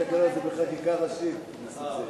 בחקיקה ראשית, נסים זאב.